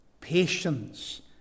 patience